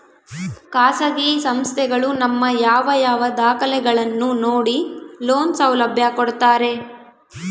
ಖಾಸಗಿ ಸಂಸ್ಥೆಗಳು ನಮ್ಮ ಯಾವ ಯಾವ ದಾಖಲೆಗಳನ್ನು ನೋಡಿ ಲೋನ್ ಸೌಲಭ್ಯ ಕೊಡ್ತಾರೆ?